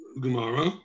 Gemara